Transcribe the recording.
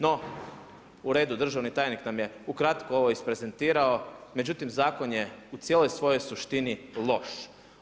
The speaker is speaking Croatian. No u redu, državni tajnik nam je ukratko ovo izprezentirao, međutim zakon je u cijeloj svojoj suštini loš.